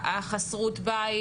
חסרות בית.